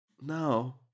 no